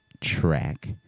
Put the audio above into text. Track